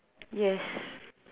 yes